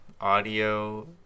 audio